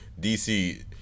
DC